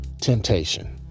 Temptation